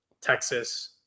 Texas